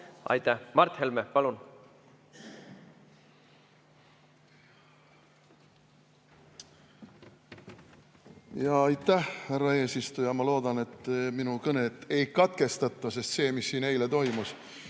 Aitäh! Mart Helme, palun! Aitäh, härra eesistuja! Ma loodan, et minu kõnet ei katkestata. See, mis siin eile toimus,